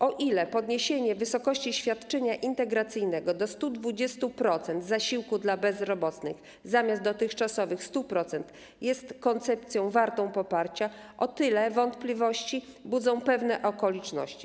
O ile podniesienie wysokości świadczenia integracyjnego do 120% zasiłku dla bezrobotnych, zamiast dotychczasowych 100%, jest koncepcją wartą poparcia, o tyle wątpliwości budzą pewne okoliczności.